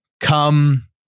come